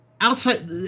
Outside